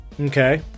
okay